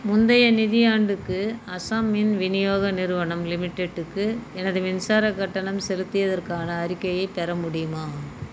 முந்தைய நிதியாண்டுக்கு அசாம் மின் விநியோக நிறுவனம் லிமிடெட்டுக்கு எனது மின்சாரக் கட்டணம் செலுத்தியதற்கான அறிக்கையைப் பெற முடியுமா